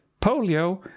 polio